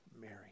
Mary